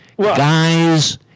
Guys